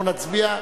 אנחנו נצביע,